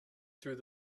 through